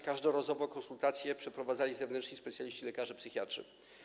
Każdorazowo konsultacje przeprowadzali zewnętrzni specjaliści - lekarze psychiatrzy.